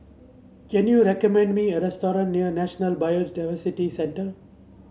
can you recommend me a restaurant near National Biodiversity Centre